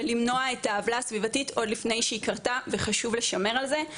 ולמנוע את העוולה הסביבתית עוד לפני שהיא קרתה וחשוב לשמר על זה.